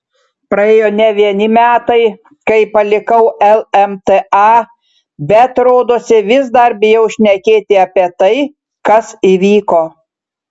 praėjo ne vieni metai kai palikau lmta bet rodosi vis dar bijau šnekėti apie tai kas įvyko